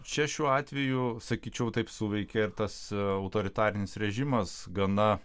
čia šiuo atveju sakyčiau taip suveikė ir tas autoritarinis režimas gana